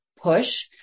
push